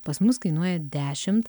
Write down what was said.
pas mus kainuoja dešimt